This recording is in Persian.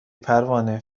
پروانه